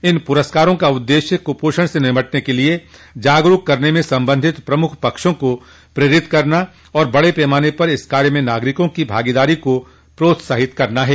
इन पुरस्कारों का उद्देश्य कुपोषण से निपटने के लिये जागरूक करने में संबंधित प्रमुख पक्षों को प्रेरित करना और बड़े पैमाने पर इस कार्य में नागरिकों की भागीदारी को प्रोत्साहित करना है